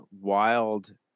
wild